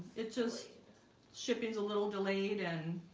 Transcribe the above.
it's just shipping's a little delayed and